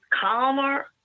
calmer